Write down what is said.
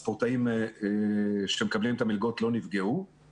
הספורטאים הבוגרים שמקבלים את המלגות לא נפגעו.